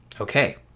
okay